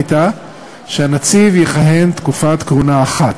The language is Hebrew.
הייתה שהנציב יכהן תקופת כהונה אחת,